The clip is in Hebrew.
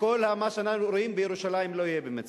וכל מה שאנחנו רואים בירושלים לא יהיה במצרים.